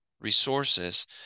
resources